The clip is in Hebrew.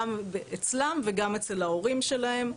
גם אצלם וגם אצל ההורים שלהם.